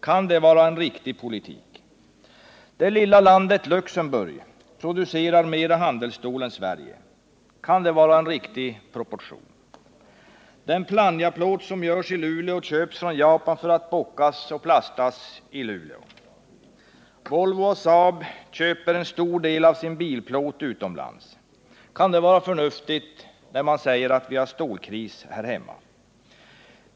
Kan det vara en riktig politik? Det lilla landet Luxemburg producerar mer handelsstål än Sverige. Kan det vara en riktig proportion? Den Plannjaplåt som görs i Luleå köps från Japan för att bockas och plastas i Luleå. Volvo och Saab köper en stor del av sin bilplåt utomlands. Kan det vara förnuftigt, när man säger att vi har stålkris här hemma?